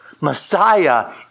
Messiah